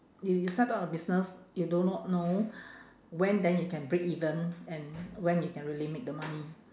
you you set up a business you do not know when then you can breakeven and when you can really make the money